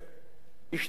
השתנו הכללים,